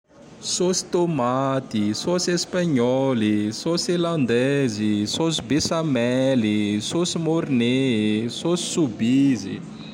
Sôs tômaty, sôs espagnoly, sôs hollandaizy, sôsy besamely, sôsy môrné e, sôs sobizy y.